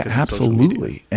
absolutely.